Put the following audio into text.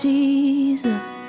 Jesus